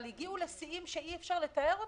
אבל הגיעו לשיאים שאי-אפשר לתאר אותם.